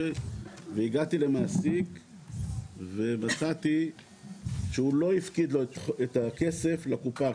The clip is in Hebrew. והגעתי למעסיק ומצאתי שהוא לא הפקיד לו את הכסף לקופה,